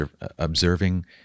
observing